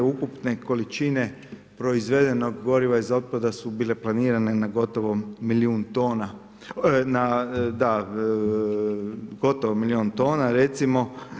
Ukupne količine proizvedenog goriva iz otpada su bile planirane na gotovo milijun tona, gotovo milijun tona recimo.